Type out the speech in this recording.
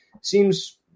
seems